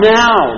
now